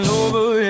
over